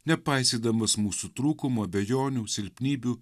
nepaisydamas mūsų trūkumų abejonių silpnybių